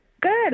good